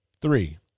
Three